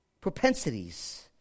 propensities